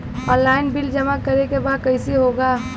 Online bill जमा करे के बा कईसे होगा?